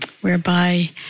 whereby